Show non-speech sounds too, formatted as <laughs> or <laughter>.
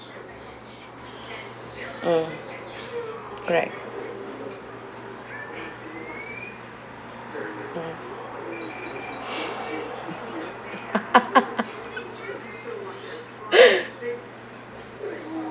mm correct <laughs> <breath>